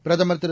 பிரதமர் திரு